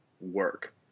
work